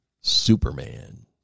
Superman